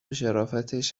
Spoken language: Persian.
شرافتش